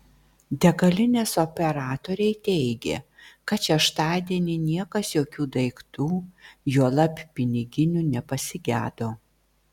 degalinės operatoriai teigė kad šeštadienį niekas jokių daiktų juolab piniginių nepasigedo